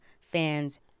fans